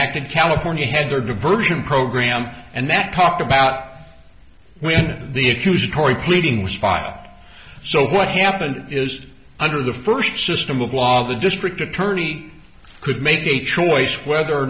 enacted california had their diversion program and that talked about when the accusatory pleading was filed so what happened is under the first system of law the district attorney could make a choice whether or